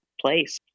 place